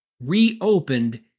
reopened